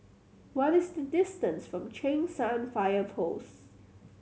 what is the distance from Cheng San Fire Post